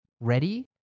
Ready